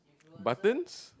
buttons